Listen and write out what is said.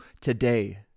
today